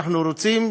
אנחנו רוצים,